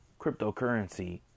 cryptocurrency